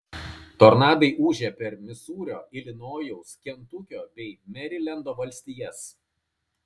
tornadai ūžė per misūrio ilinojaus kentukio bei merilendo valstijas